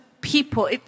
people